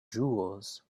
jewels